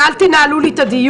ואל תנהלו לי את הדיון,